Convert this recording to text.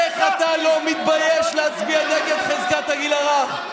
איך אתה לא מתבייש להצביע נגד חזקת הגיל הרך?